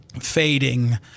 fading